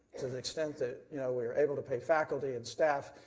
to the extent that you know we are able to pay faculty and staff,